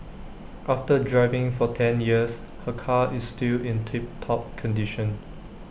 after driving for ten years her car is still in tip top condition